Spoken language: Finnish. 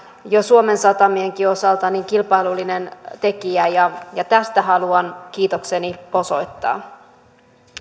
jo suomen satamienkin osalta kilpailullinen tekijä ja ja tästä haluan kiitokseni osoittaa